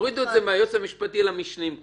גם שם יורידו את זה מהיועץ המשפטי למשנים.